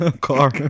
Car